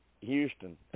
Houston